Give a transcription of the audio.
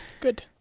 Good